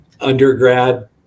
undergrad